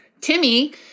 Timmy